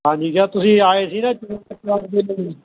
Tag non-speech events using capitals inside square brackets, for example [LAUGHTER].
ਹਾਂਜੀ ਜਦੋਂ ਤੁਸੀਂ ਆਏ ਸੀ ਨਾ [UNINTELLIGIBLE]